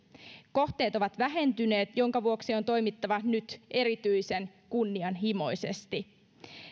kohteet ovat vähentyneet minkä vuoksi on toimittava nyt erityisen kunnianhimoisesti